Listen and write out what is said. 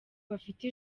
bafite